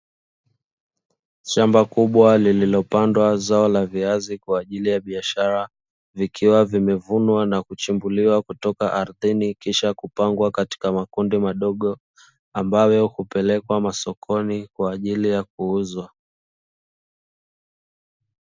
Shamba kubwa lililopandwa zao la viazi kwa ajili ya biashara vikiwa vimevunwa na kuchimbuliwa kutoka ardhini kisha kupangwa katika makundi madogo, ambayo hupelekwa masokoni kwa ajili ya kuuzwa.